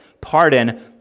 pardon